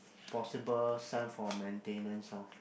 possible send for maintenance lor